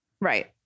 Right